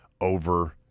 over